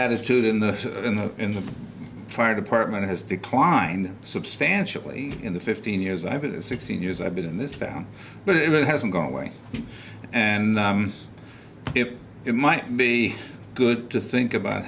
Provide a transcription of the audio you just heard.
attitude in the in the in the fire department has declined substantially in the fifteen years i've been sixteen years i've been in this town but it hasn't gone away and it might be good to think about